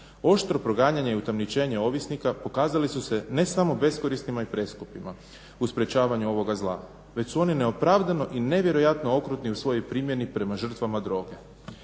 oštro proganjanje i utamničenje ovisnika pokazali su se ne samo beskorisnima i preskupima u sprečavanju ovoga zla već su oni neopravdano i nevjerojatno okrutni u svojoj primjeni prema žrtvama droge.